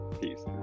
Peace